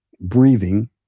breathing